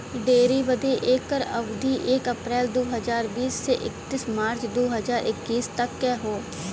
dairy बदे एकर अवधी एक अप्रैल दू हज़ार बीस से इकतीस मार्च दू हज़ार इक्कीस तक क हौ